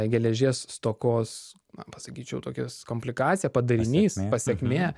geležies stokos na pasakyčiau tokia komplikacija padarinys pasekmė